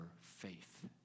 faith